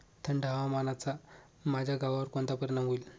थंड हवामानाचा माझ्या गव्हावर कोणता परिणाम होईल?